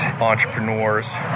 entrepreneurs